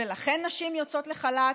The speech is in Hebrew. לכן נשים יוצאות לחל"ת,